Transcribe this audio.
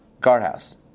guardhouse